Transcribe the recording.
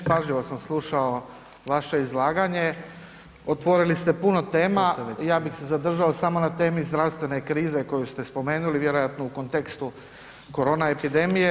Pažljivo sam slušao vaše izlaganje, otvorili ste puno tema i ja bih se zadržao samo na temi zdravstvene krize koju ste spomenuli vjerojatno u kontekstu korona epidemije.